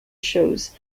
shows